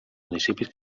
municipis